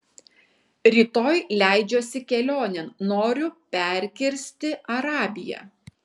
rytoj leidžiuosi kelionėn noriu perkirsti arabiją